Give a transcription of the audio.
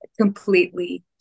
Completely